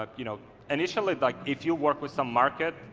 ah you know initially like if you work with some market,